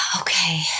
okay